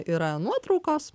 yra nuotraukos